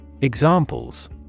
Examples